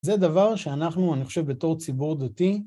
זה דבר שאנחנו, אני חושב, בתור ציבור דתי...